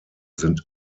sind